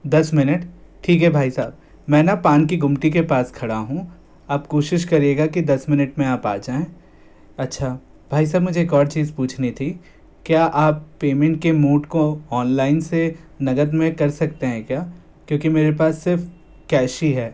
दस मिनट ठीक है भाई साहब मैं ना पान की गुमती के पास खड़ा हूँ आप कोशिश करियेगा की दस मिनट में आप आ जाएँ अच्छा भाई साहब मुझे एक और चीज पूछनी थी क्या आप पेमेंट के मोड को ऑनलाइन से नगद में कर सकते हैं क्या क्योंकि मेरे पास सिर्फ कैश ही है